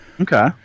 okay